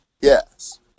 Yes